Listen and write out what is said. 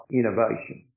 innovation